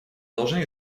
должны